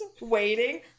waiting